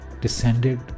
descended